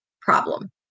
problem